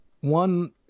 One